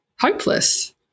hopeless